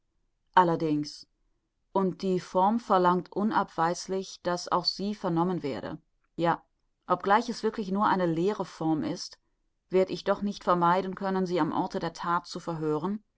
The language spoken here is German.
allerdings und die form verlangt unabweislich daß auch sie vernommen werde ja obgleich es wirklich nur eine leere form ist werd ich doch nicht vermeiden können sie am orte der that zu verhören